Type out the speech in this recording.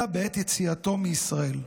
אלא בעת יציאתו מישראל.